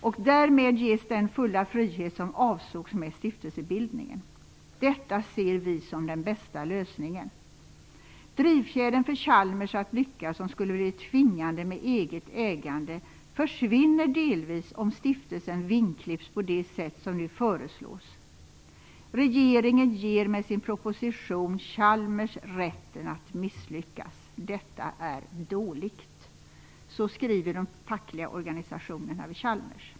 Och därmed ges den fulla frihet som avsågs med stiftelsebildningen. Detta ser vi som den bästa lösningen. Drivfjädern för Chalmers att lyckas, som skulle blivit tvingande med eget ägande, försvinner delvis om stiftelsen vingklipps på det sätt som nu föreslås. Regeringen ger med sin proposition Chalmers rätten att misslyckas. Detta är dåligt." Så skriver de fackliga organisationerna vid Chalmers.